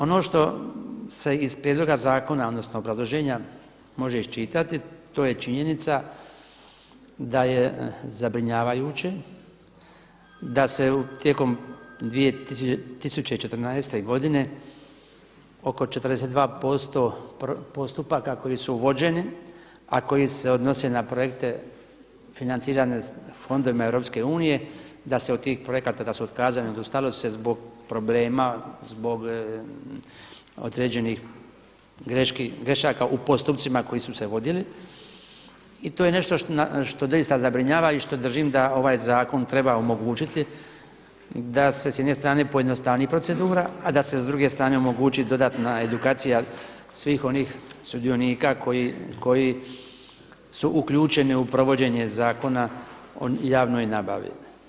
Ono što se iz prijedloga zakona odnosno obrazloženja može iščitati to je činjenica da je zabrinjavajuće da se tijekom 2014. godine oko 42 posto postupaka koji su vođeni, a koji se odnose na projekte financirane fondovima Europske unije, da se od tih projekata da su otkazani, odustalo se zbog problema, zbog određenih grešaka u postupcima koji su se vodili i to je nešto što doista zabrinjava i što držim da ovaj zakon treba omogućiti da se s jedne strane pojednostavi procedura, a da se s druge strane omogući dodatna edukacija svih onih sudionika koji su uključeni u provođenje zakona o javnoj nabavi.